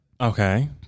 Okay